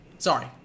Sorry